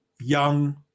young